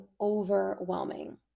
overwhelming